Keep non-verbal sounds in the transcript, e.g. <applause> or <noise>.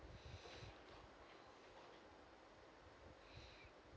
<breath>